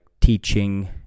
teaching